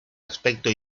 aspecto